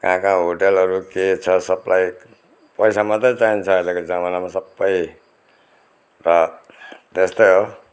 कहाँ कहाँ हुटेलहरू के छ सबलाई पैसा मात्रै चाहिन्छ अहिलेको जमानामा सबै र त्यस्तै हो